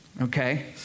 Okay